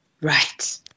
Right